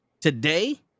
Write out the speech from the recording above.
today